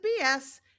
BS